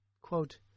Quote